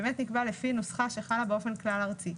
שבאמת נקבע לפי נוסחה שחלה באופן כלל ארצי,